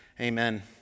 amen